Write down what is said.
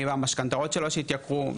מהמשכנתאות שהתייקרו,